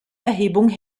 erhebung